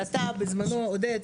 שאתה בזמנו עודד,